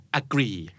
agree